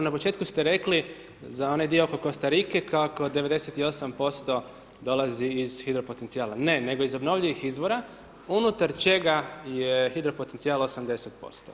Na početku ste rekli, za onaj dio oko Kostarike, kako 98% dolazi iz hidropotencijala, ne nego iz obnovljivih izvora, unutar čega je hidropotencijal 80%